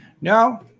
No